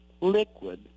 liquid